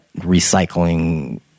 recycling